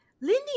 Lindy